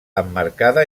emmarcada